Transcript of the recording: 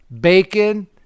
bacon